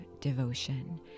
devotion